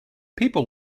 people